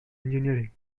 engineering